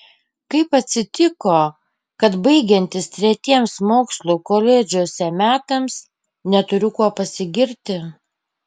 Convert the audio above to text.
kaip atsitiko kad baigiantis tretiems mokslų koledžuose metams neturiu kuo pasigirti